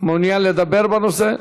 מעוניין לדבר בנושא?